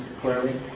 clearly